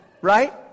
Right